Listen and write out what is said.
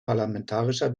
parlamentarischer